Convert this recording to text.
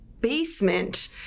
basement